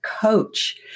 coach